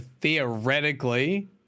theoretically